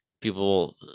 people